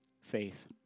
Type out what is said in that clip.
faith